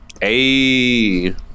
Hey